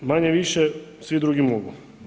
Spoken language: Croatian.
Manje-više svi drugi mogu.